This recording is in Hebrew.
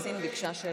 לא נבקש התנחלות